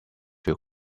feel